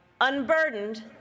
unburdened